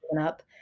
up